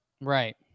Right